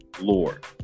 Lord